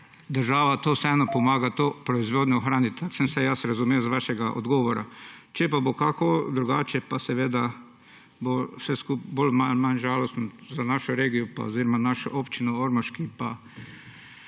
država vseeno pomaga to proizvodnjo ohraniti. Tako sem vsaj jaz razumel vaš odgovor. Če pa bo kako drugače, pa bo seveda vse skupaj malo žalostno za našo regijo oziroma našo občino Ormož, ki